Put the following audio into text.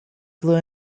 blue